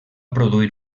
produir